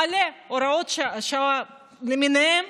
מלא הוראות שעה למיניהן,